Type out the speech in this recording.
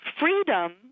freedom